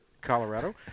Colorado